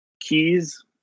keys